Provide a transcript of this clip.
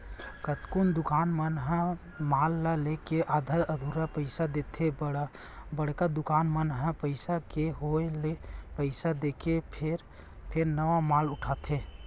कतकोन दुकानदार मन ह माल ल लेके आधा अधूरा पइसा देथे बड़का दुकानदार मन ल पइसा के होय ले पइसा देके फेर नवा माल उठाथे